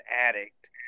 addict